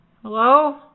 Hello